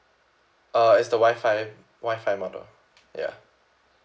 uh it's the wi-fi wi-fi model ya